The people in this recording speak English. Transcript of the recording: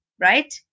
right